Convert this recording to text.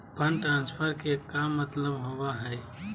Fund transfer के का मतलब होव हई?